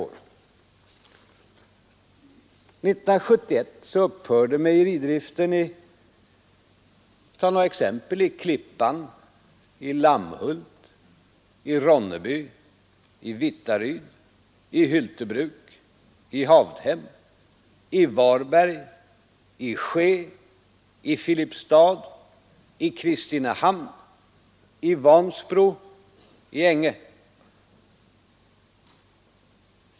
År 1971 upphörde mejeridriften — för att ta några exempel i Klippan, i Lamhult, i Ronneby, i Vittaryd, i Hyltebruk, i Havdhem, i Varberg, i Skee, i Filipstad, i Kristinehamn, i Vansbro, i Änge.